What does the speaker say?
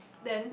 then